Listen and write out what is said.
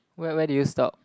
where where do you stop